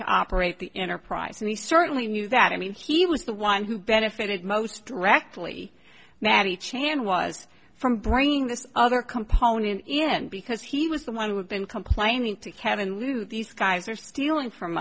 to operate the enterprise and he certainly knew that i mean he was the one who benefited most directly matty chan was from bringing this other component in because he was the one who had been complaining to kevin lew these guys are stealing from